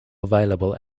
available